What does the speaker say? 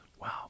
Wow